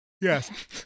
Yes